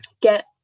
get